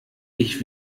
ich